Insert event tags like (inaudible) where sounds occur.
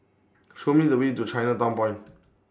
Show Me The Way to Chinatown Point (noise)